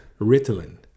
Ritalin